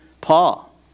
Paul